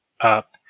up